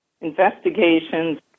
investigations